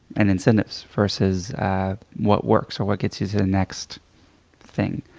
and incentives versus what works or what gets you to the next thing.